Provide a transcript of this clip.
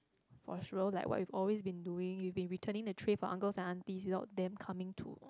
for sure like what you've always been doing you've been returning the tray for uncles and aunties without them coming to